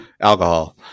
alcohol